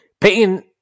Payton